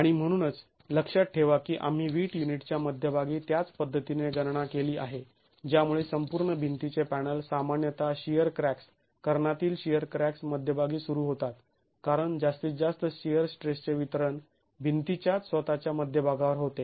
आणि म्हणूनच लक्षात ठेवा की आम्ही वीट युनिटच्या मध्यभागी त्याच पद्धतीने गणना केली आहे ज्यामुळे संपूर्ण भिंतीचे पॅनल सामान्यतः शिअर क्रॅक्स् कर्णातील शिअर क्रॅक्स् मध्यभागी सुरू होतात कारण जास्तीत जास्त शिअर स्ट्रेसचे वितरण भिंतीच्याच स्वतःच्या मध्यभागावर होते